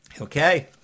Okay